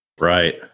Right